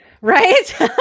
Right